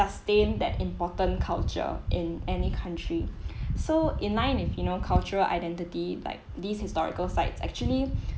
sustain that important culture in any country so in line if you know cultural identity like these historical sites actually